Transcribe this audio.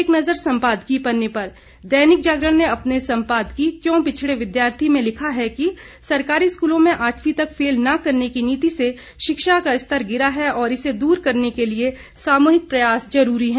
एक नज़र सम्पादकीय पन्ने पर दैनिक जागरण ने अपने संपादकीय क्यों पिछड़े विद्यार्थी में लिखा है कि सरकारी स्कूलों में आठवीं तक फेल न करने की नीति से शिक्षा का स्तर गिरा है और इसे दूर करने के लिए सामूहिक प्रयास जरूरी हैं